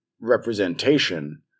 representation